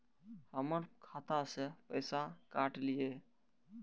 हमर खाता से पैसा काट लिए?